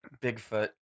Bigfoot